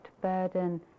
burden